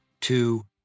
two